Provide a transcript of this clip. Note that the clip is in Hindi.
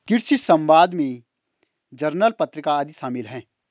कृषि समवाद में जर्नल पत्रिका आदि शामिल हैं